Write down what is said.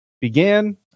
began